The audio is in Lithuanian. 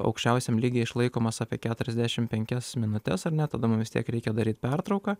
aukščiausiam lygyje išlaikomas apie keturiasdešim penkias minutes ar ne tada mum vis tiek reikia daryt pertrauką